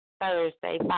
Thursday